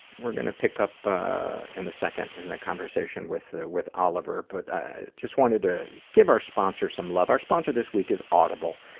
we're gonna pick up in a second in the conversation with with oliver, but i just wanted to give our sponsor some love. our sponsor this week is audible.